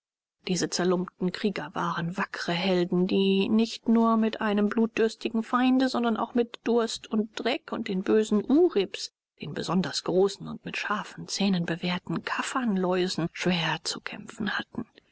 diese zerlumpten krieger waren wackre helden die nicht nur mit einem blutdürstigen feinde sondern auch mit durst und dreck und den bösen uribs den besonders großen und mit scharfen zähnen bewehrten kaffernläusen schwer zu kämpfen hatten